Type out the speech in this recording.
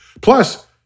Plus